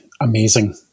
amazing